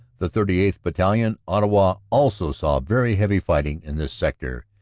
the thirty eighth. battalion, ottawa also saw very heavy fighting in this sector,